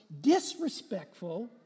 disrespectful